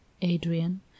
adrian